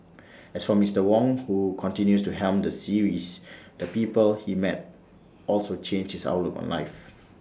as for Mister Wong who continues to helm the series the people he met also changed his outlook on life